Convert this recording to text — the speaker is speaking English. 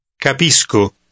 Capisco